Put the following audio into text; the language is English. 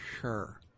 sure